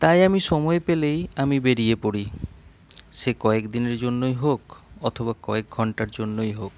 তাই আমি সময় পেলেই আমি বেড়িয়ে পড়ি সে কয়েকদিনের জন্যই হোক অথবা কয়েক ঘন্টার জন্যই হোক